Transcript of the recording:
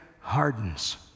hardens